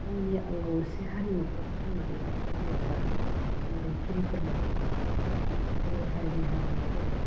गावनि आंगो असे हारिमुखौ फोथांनानै लाखिनांगौब्ला उन्दै फिरिफोरनोबो जोंनि हारिनि हारिमुखौ